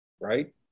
right